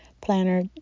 planner